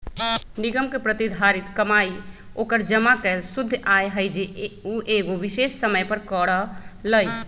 निगम के प्रतिधारित कमाई ओकर जमा कैल शुद्ध आय हई जे उ एगो विशेष समय पर करअ लई